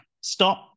stop